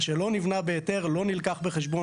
מה שלא נבנה בהיתר לא נלקח בחשבון,